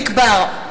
יחיאל חיליק בר,